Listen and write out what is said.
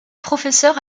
professeur